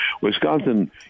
Wisconsin